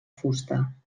fusta